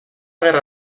guerra